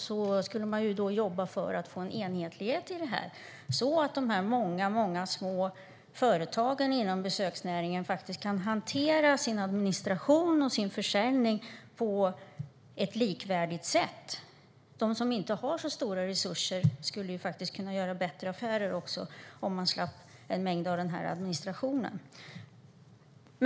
Och skulle de i så fall jobba för att få en enhetlighet så att de många små företagen inom besöksnäringen kan hantera sin administration och försäljning på ett likvärdigt sätt? De som inte har så stora resurser skulle kunna göra bättre affärer om de slapp en del av administrationen.